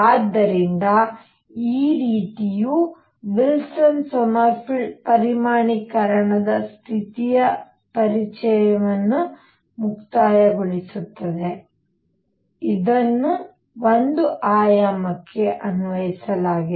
ಆದ್ದರಿಂದ ಈ ರೀತಿಯು ವಿಲ್ಸನ್ ಸೊಮರ್ಫೆಲ್ಡ್ ಪರಿಮಾಣೀಕರಣದ ಸ್ಥಿತಿಯ ಪರಿಚಯವನ್ನು ಮುಕ್ತಾಯಗೊಳಿಸುತ್ತದೆ ಇದನ್ನು ಒಂದು ಆಯಾಮಕ್ಕೆ ಅನ್ವಯಿಸಲಾಗಿದೆ